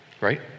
right